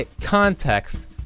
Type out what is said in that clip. context